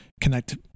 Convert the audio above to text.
connect